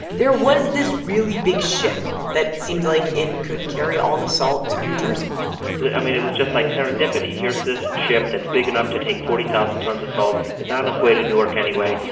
there was this really big ship that seemed like it could carry all the salt to new jersey i mean, it was just, like, serendipity. here's this ship that's big enough to take forty thousand tons of salt. it's on its way to newark anyway.